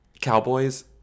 Cowboys